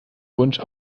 wunsch